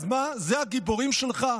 אז מה, זה הגיבורים שלך?